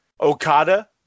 Okada